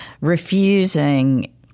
refusing